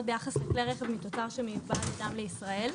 ביחס לכלי רכב מתוצר שמיובא על ידם לישראל.